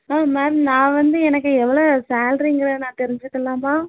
ஆ ma'am நான் வந்து எனக்கு எவ்வளோ சேல்ரிங்கிறத நான் தெரிஞ்சுக்கலாமா